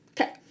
Okay